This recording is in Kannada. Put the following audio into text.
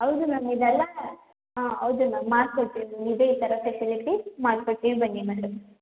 ಹೌದು ಮ್ಯಾಮ್ ಇದೆಲ್ಲ ಹಾಂ ಹೌದು ಮ್ಯಾಮ್ ಮಾಡಿಕೊಡ್ತೀವಿ ಇದೆ ಈ ಥರ ಫೆಸಿಲಿಟಿ ಮಾಡಿಕೊಡ್ತೀವಿ ಬನ್ನಿ ಮೇಡಮ್